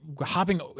hopping